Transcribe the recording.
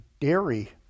dairy